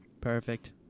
Perfect